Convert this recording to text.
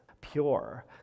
pure